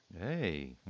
Hey